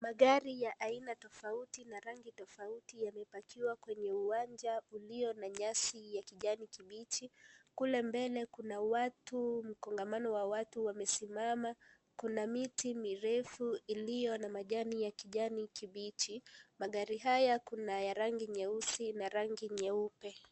Magari ya aina tofauti na rangi tofauti yame pakiwa kwenye uwanja ulio na nyasi ya kijani kibichi, kule mbele kuna watu mkongamano wa watu wamesimama, kuna miti mirefu iliyo na majani ya kijani kibichi . Magari haya kuna ya rangi nyeusi na rangi nyeupe.